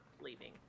leaving